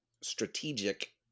strategic